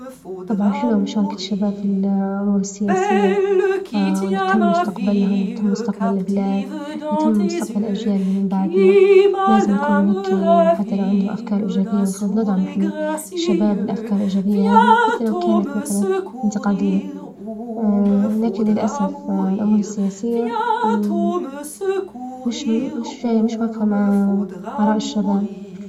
طبعا حلوة مشاركة الشباب الأمور السياسية مستقبلهم تم مستقبل البلاد نتم مستقبل اجيالها من بعدنا، لازم يكونوا عندك حتى لو عندهم أفكار إيجابية مفروض ندعم إحنا الشباب والأفكار الايجابية هذي حتى لو كانت مثلا انتقادية، لكن للاسف العلوم السياسية مش مش متوافقة مع آراء الشباب، اراء الشباب.